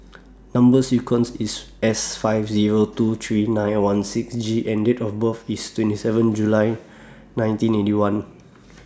Number sequence IS S five Zero two three nine one six G and Date of birth IS twenty seven July nineteen Eighty One